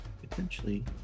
potentially